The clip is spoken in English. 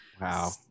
Wow